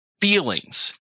feelings